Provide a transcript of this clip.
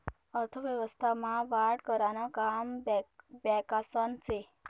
अर्थव्यवस्था मा वाढ करानं काम बॅकासनं से